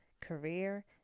career